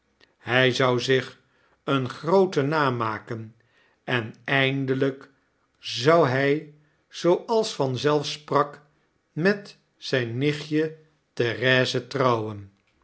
hy zou zich een grooten naam aken en eindelyk zou hij zooals vanzelf prak met zyn nichtje therese trouwen